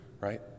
right